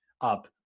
up